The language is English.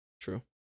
True